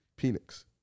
Penix